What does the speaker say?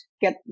get